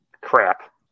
Crap